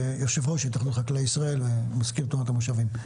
יושב ראש התאחדות חקלאי ישראל ומזכיר תנועת המושבים.